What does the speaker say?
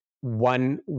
one